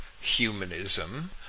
humanism